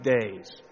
days